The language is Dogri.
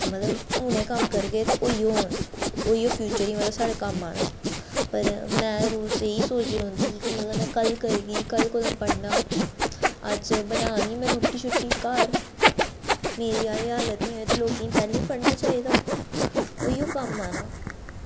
मतलब हूनै एह् कम्म करगे ते होई होन ओह् इयो फ्यूचर ही साढ़ै कम्म आना पर में रोज इ'यै सोचदी रौंह्दी ही कि मतलब में कल करगी कल कोलां पढ़ना अज्ज बनानी में रुट्टी शुट्टी घर मेरी आह्ली हालत नी हो ते लोकें गी पैह्लें पढ़ना चाहिदा ओह् इयो कम्म आना